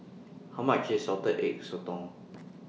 How much IS Salted Egg Sotong